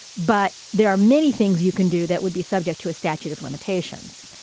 but there are many things you can do that would be subject to a statute of limitations.